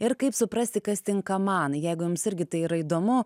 ir kaip suprasti kas tinka man jeigu jums irgi tai yra įdomu